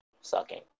sucking